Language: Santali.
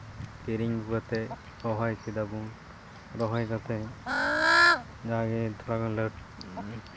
ᱠᱤᱨᱤᱧ ᱟᱹᱜᱩ ᱠᱟᱛᱮᱜ ᱨᱚᱦᱚᱭ ᱠᱮᱫᱟ ᱵᱚᱱ ᱨᱚᱦᱚᱭ ᱠᱟᱛᱮᱜ ᱡᱟᱜᱮ ᱛᱷᱚᱲᱟ ᱜᱟᱱ ᱞᱟᱹᱴᱩ